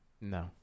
No